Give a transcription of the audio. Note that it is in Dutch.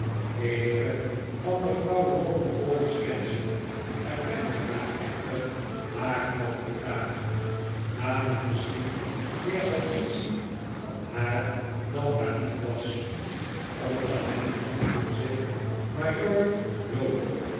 eenige van mevrouw rawdon crawley's kennissen herkenden haar echter maar al te graag namen misschien meer notitie van haar dan haar lief was onder hen bevonden zich majoor loder